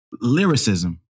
lyricism